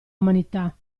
umanità